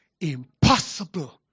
impossible